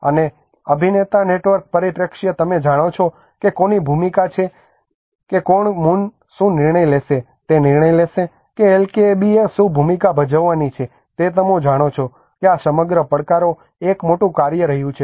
અને અભિનેતા નેટવર્ક પરિપ્રેક્ષ્ય તમે જાણો છો કે કોની ભૂમિકા તે છે કે કોણમૂન શું નિર્ણય લેશે તે નિર્ણય લેશે કે એલકેએબીએ શું ભૂમિકા ભજવવાની છે તે તમે જાણો છો કે આ સમગ્ર પડકારો એક મોટું કાર્ય રહ્યું છે